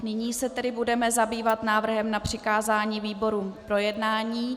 Nyní se tedy budeme zabývat návrhem na přikázání výborům k projednání.